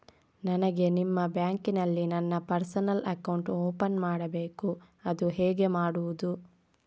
ನನಗೆ ನಿಮ್ಮ ಬ್ಯಾಂಕಿನಲ್ಲಿ ನನ್ನ ಪರ್ಸನಲ್ ಅಕೌಂಟ್ ಓಪನ್ ಮಾಡಬೇಕು ಅದು ಹೇಗೆ ಮಾಡುವುದು?